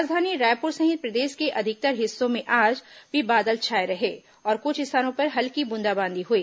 राजधानी रायपुर सहित प्रदेश के अधिकतर हिस्सों में आज भी बादल छाए रहे और कुछ स्थानों पर हल्की ब्रंदाबांदी हुई